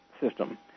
system